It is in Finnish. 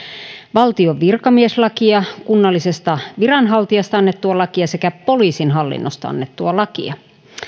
valtion virkamieslakia kunnallisesta viranhaltijasta annettua lakia sekä poliisin hallinnosta annettua lakia